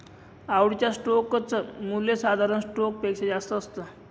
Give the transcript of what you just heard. आवडीच्या स्टोक च मूल्य साधारण स्टॉक पेक्षा जास्त असत